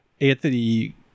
anthony